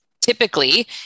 typically